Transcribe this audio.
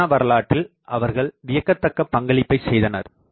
antenna வரலாற்றில் அவர்கள்வியக்கத்தக்க பங்களிப்பை செய்தனர்